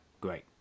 great